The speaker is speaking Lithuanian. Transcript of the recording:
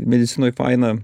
medicinoj faina